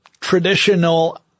traditional